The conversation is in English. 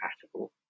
compatible